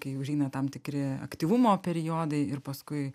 kai užeina tam tikri aktyvumo periodai ir paskui